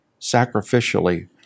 sacrificially